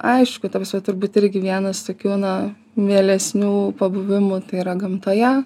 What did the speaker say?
aišku ta prasme turbūt irgi vienas tokių na mielesnių pabuvimų tai yra gamtoje